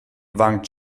wang